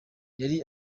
yari